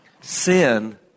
sin